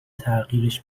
تغییرش